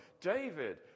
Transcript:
David